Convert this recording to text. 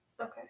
Okay